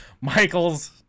Michael's